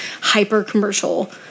hyper-commercial